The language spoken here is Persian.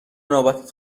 نوبت